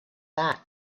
that